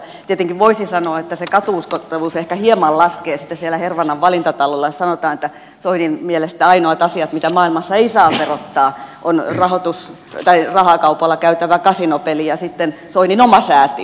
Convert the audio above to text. tietenkin voisi sanoa että se katu uskottavuus ehkä hieman laskee sitten siellä hervannan valintatalolla jos sanotaan että soinin mielestä ainoat asiat mitä maailmassa ei saa verottaa on rahakaupalla käytävä kasinopeli ja sitten soinin oma säätiö